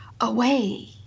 away